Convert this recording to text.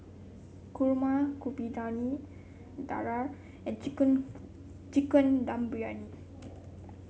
Kurma Kuih Dadar and chicken Chicken Dum Briyani